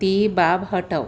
ती बाब हटव